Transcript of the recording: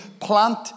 plant